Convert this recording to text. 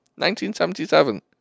1977